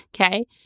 Okay